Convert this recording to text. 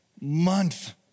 month